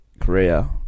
Korea